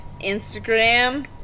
Instagram